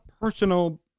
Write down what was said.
personal